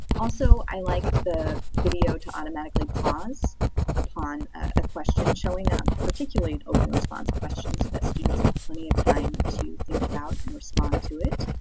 also, i like the video to automatically pause upon a question showing up, particularly an open response question that students have plenty of time to think about and respond to it.